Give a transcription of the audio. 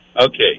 Okay